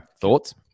Thoughts